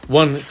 one